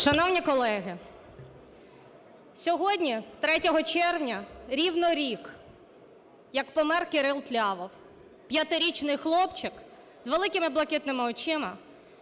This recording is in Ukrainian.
Шановні колеги, сьогодні, 3 червня, рівно рік як помер Кирил Тлявов, 5-річний хлопчик з великими блакитними очима,